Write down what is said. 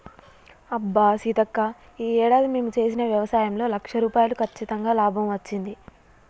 అబ్బా సీతక్క ఈ ఏడాది మేము చేసిన వ్యవసాయంలో లక్ష రూపాయలు కచ్చితంగా లాభం వచ్చింది